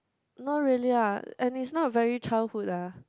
not really lah and it's not very childhood lah